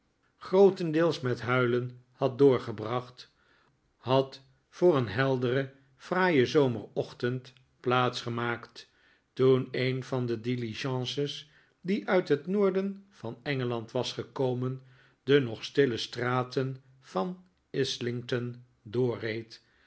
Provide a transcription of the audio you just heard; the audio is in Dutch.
grootendeels met huilen had doorgebracht had voor een helderen fraaien zomerochtend plaats gemaakt toen een van de diligences die uit het noorden van engeland was gekomen de nog stille straten van islington doorreed